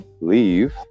leave